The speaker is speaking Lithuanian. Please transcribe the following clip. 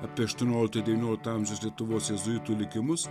apie aštuoniolikto ir devyniolikto amžiaus lietuvos jėzuitų likimus